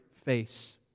face